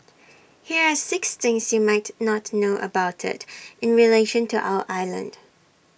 here are six things you might not know about IT in relation to our island